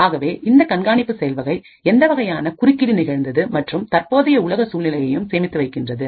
ஆகவே இந்த கண்காணிப்பு செயல்வகை எந்த வகையான குறுக்கீடு நிகழ்ந்தது மற்றும் தற்போதைய உலக சூழலையும் சேமித்து வைக்கின்றது